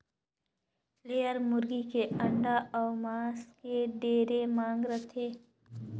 layer मुरगी के अंडा अउ मांस के ढेरे मांग रहथे